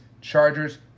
Chargers